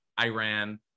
Iran